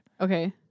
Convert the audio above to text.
Okay